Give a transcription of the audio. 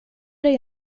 dig